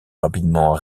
rapidement